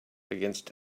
against